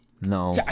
No